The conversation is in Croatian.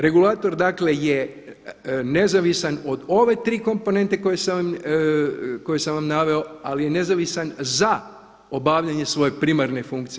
Regulator dakle je nezavisan od ove tri komponente koje sam vam naveo, ali je nezavisan za obavljanje svoje primarne funkcije.